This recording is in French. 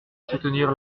soutenir